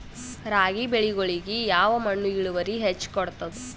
ರಾಗಿ ಬೆಳಿಗೊಳಿಗಿ ಯಾವ ಮಣ್ಣು ಇಳುವರಿ ಹೆಚ್ ಕೊಡ್ತದ?